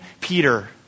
Peter